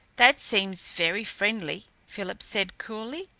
that seems very friendly, philip said coolly.